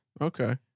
Okay